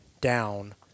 down